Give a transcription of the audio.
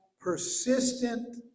persistent